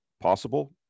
possible